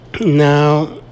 Now